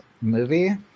movie